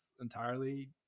entirely